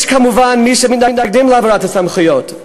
יש כמובן מי שמתנגדים להעברת הסמכויות,